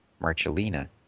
Marcellina